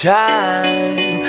time